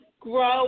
grow